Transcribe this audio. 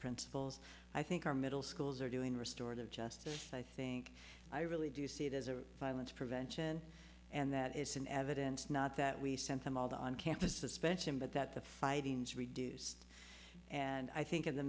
principals i think our middle schools are doing restored of justice and i think i really do see it as a silence prevention and that it's in evidence not that we sent them all the on campus suspension but that the fighting has reduced and i think in the